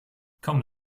kommen